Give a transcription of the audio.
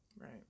right